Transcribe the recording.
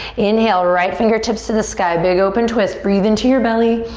inhale, right fingertips to the sky. big open twist. breathe into your belly.